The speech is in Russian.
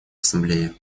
ассамблее